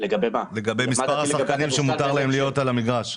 לגבי מספר השחקנים שמותר להם להיות על המגרש?